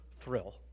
thrill